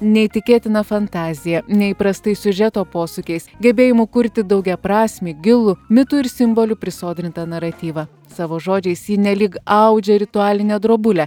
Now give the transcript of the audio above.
neįtikėtina fantazija neįprastais siužeto posūkiais gebėjimu kurti daugiaprasmį gilų mitų ir simbolių prisodrinta naratyvą savo žodžiais ji nelyg audžia ritualinę drobulę